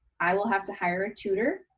i will have to hire a tutor,